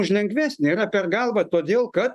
už lengvesnį yra per galvą todėl kad